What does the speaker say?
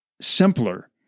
simpler